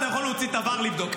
אתה יכול להוציא את ה-VAR, לבדוק.